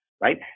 right